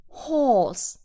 ？horse